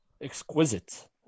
exquisite